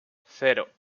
cero